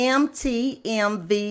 mtmv